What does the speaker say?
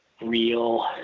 real